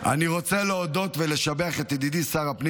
אני רוצה להודות ולשבח את ידידי שר הפנים